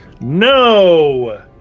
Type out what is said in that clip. No